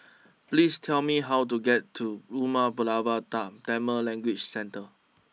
please tell me how to get to Umar Pulavar Tam Tamil Language Centre